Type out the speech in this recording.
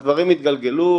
הדברים התגלגלו,